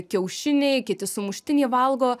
kiaušiniai kiti sumuštinį valgo